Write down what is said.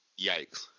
Yikes